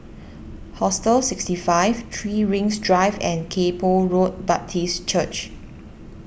Hostel sixty five three Rings Drive and Kay Poh Road Baptist Church